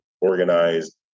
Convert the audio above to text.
organized